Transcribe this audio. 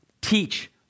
teach